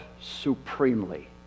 supremely